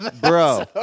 bro